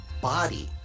body